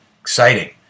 Exciting